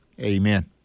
Amen